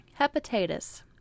Hepatitis